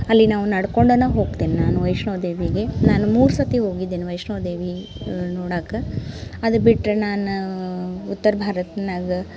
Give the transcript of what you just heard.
ಅಲ್ಲಿ ನಾವು ನಡ್ಕೊಂಡೇನ ಹೋಗ್ತೀನಿ ನಾನು ವೈಷ್ಣೋದೇವಿಗೆ ನಾನು ಮೂರು ಸರ್ತಿ ಹೋಗಿದ್ದೀನಿ ವೈಷ್ಣೋದೇವಿ ನೋಡಕ್ಕ ಅದು ಬಿಟ್ಟರೆ ನಾನು ಉತ್ತರ ಭಾರತ್ನಾಗ